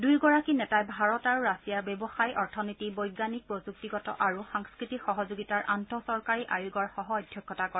দুয়োগৰাকী নেতাই ভাৰত আৰু ৰাছিয়াৰ ব্যৱসায় অথনীতি বৈজ্ঞানীক প্ৰযুক্তিগত আৰু সাংস্কৃতিক সহযোগিতাৰ আন্তঃচৰকাৰী আয়োগৰ সহঅধ্যক্ষতা কৰে